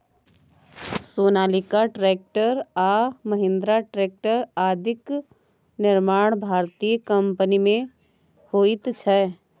Sonalika tractor आ Mahindra tractor आदिक निर्माण भारतीय कम्पनीमे होइत छै